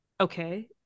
okay